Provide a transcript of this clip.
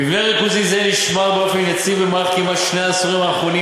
מבנה ריכוזי זה נשמר באופן יציב במהלך כמעט שני העשורים האחרונים,